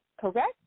Correct